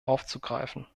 aufzugreifen